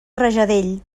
rajadell